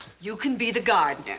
you can be the gardener.